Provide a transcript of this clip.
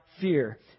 fear